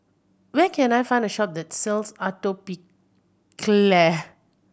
where can I find a shop that sells Atopiclair